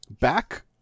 back